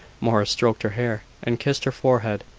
morris stroked her hair, and kissed her forehead,